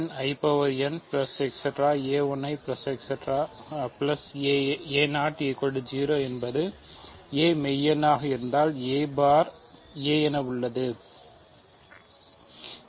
0 என்பது a மெய் எண்ணாக இருந்தால் a பார் என்பது a